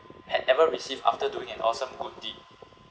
had ever received after doing an awesome good deed